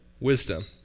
wisdom